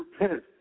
repent